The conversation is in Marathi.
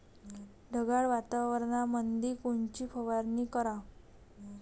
ढगाळ वातावरणामंदी कोनची फवारनी कराव?